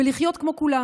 בלחיות כמו כולם.